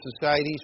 societies